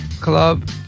Club